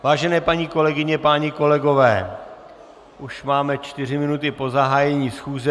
Vážené paní kolegyně, páni kolegové, už máme čtyři minuty po zahájení schůze.